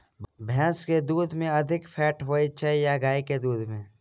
भैंस केँ दुध मे अधिक फैट होइ छैय या गाय केँ दुध में?